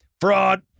fraud